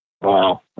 Wow